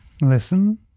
Listen